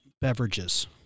beverages